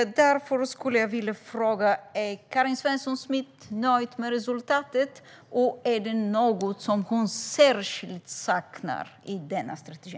Därför vill jag fråga: Är Karin Svensson Smith nöjd med resultatet? Är det någonting som hon särskilt saknar i denna strategi?